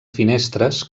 finestres